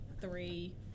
three